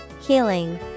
Healing